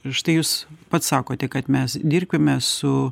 ir štai jūs pats sakote kad mes dirbkime su